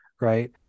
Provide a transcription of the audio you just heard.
right